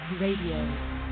Radio